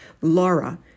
Laura